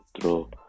throw